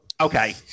Okay